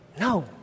No